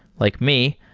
like me,